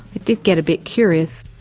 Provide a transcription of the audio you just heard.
did get a bit curious,